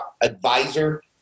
advisor